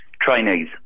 Trainees